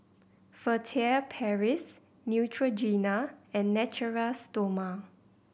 Furtere Paris Neutrogena and Natura Stoma